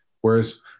Whereas